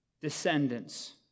descendants